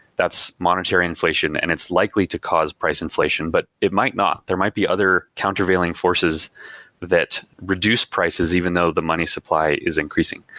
that's monetary inflation and it's likely to cause price inflation, but it might not. there might be other countervailing forces that reduce prices even though the money supply is increasing.